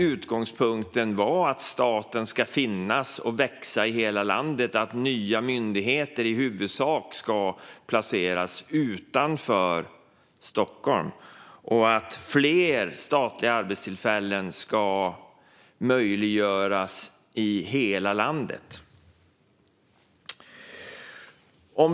Utgångspunkten i den var att staten ska finnas och växa i hela landet, att nya myndigheter i huvudsak ska placeras utanför Stockholm och att fler statliga arbetstillfällen ska möjliggöras i hela landet.